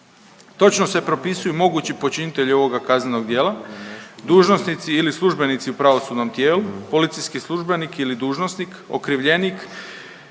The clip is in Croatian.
Točno se propisuju mogući počinitelji ovoga kaznenog djela, dužnosnici ili službenici u pravosudnom tijelu, policijski službenik ili dužnosnik, okrivljenik,